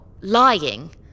lying